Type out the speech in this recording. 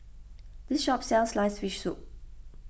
this shop sells Sliced Fish Soup